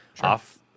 off